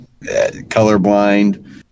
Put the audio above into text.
colorblind